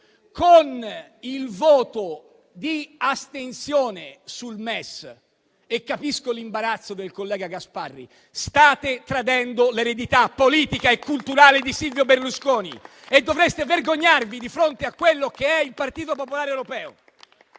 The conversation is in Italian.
Con il voto di astensione sul MES - e capisco l'imbarazzo del collega Gasparri - state tradendo l'eredità politica e culturale di Silvio Berlusconi e dovreste vergognarvi di fronte a quello che è il Partito popolare europeo!